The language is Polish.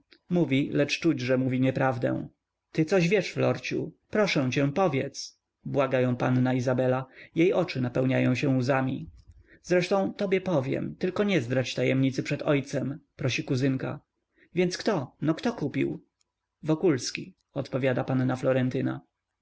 mówi lecz czuć że mówi nieprawdę ty coś wiesz florciu proszę cię powiedz błaga ją panna izabela jej oczy napełniają się łzami zresztą tobie powiem tylko nie zdradź tajemnicy przed ojcem prosi kuzynka więc kto no kto kupił wokulski odpowiada panna